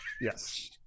Yes